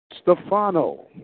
Stefano